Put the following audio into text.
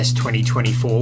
2024